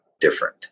different